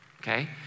okay